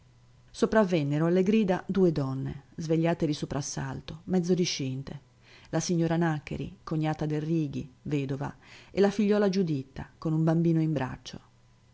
sopravvennero alle grida due donne svegliate di soprassalto mezzo discinte la signora nàccheri cognata del righi vedova e la figliuola giuditta con un bambino in braccio